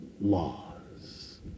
laws